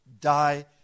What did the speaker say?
Die